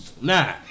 Nah